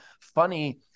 funny